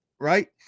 Right